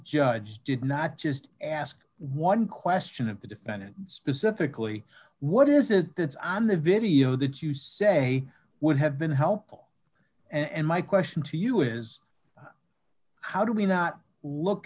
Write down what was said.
judge did not just ask one question of the defendant specifically what is it that's on the video that you say would have been helpful and my question to you is how do we not look